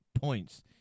points